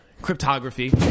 cryptography